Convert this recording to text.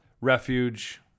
refuge